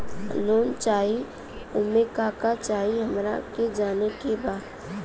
Loan चाही उमे का का चाही हमरा के जाने के बा?